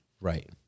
Right